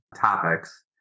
topics